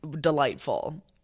delightful